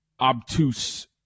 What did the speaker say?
Obtuse